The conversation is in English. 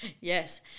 Yes